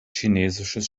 chinesisches